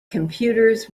computers